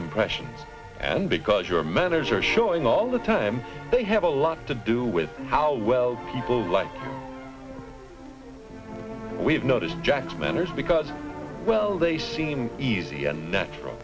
impression and because your manners are showing all the time they have a lot to do with how well people like we've noticed jack's manners because well they seem easy and natural